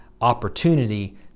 opportunity